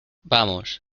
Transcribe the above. vamos